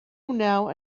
now